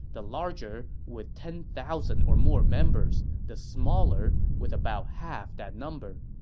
the larger with ten thousand or more members, the smaller with about half that number.